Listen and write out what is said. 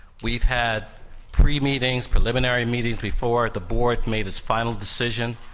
we've had three meetings, preliminary meetings before the board's made its final decision.